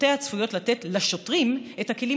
תוצאותיה צפויות לתת לשוטרים את הכלים